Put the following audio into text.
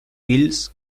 fills